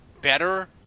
better